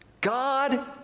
God